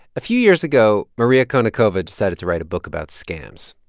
a few years ago, maria konnikova decided to write a book about scams,